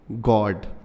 God